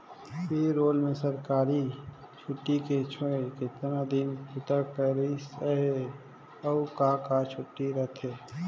पे role में सरकारी छुट्टी के छोएड़ केतना दिन बूता करिस हे, अउ का का के छुट्टी रथे